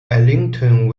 arlington